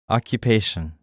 Occupation